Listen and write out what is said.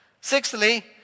Sixthly